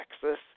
Texas